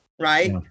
right